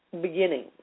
beginning